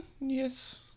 yes